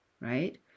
right